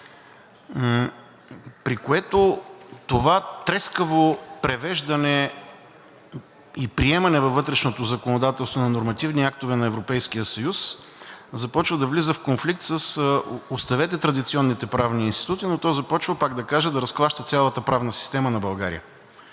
при което това трескаво превеждане и приемане във вътрешното законодателство на нормативни актове на Европейския съюз започва да влиза в конфликт със – оставете традиционните правни институти, но то започва, пак да кажа, да разклаща цялата правна система на България.